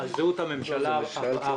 על זהות הממשלה הבאה,